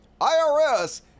IRS